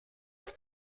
have